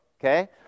okay